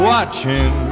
Watching